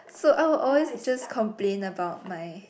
so I will always just complain about my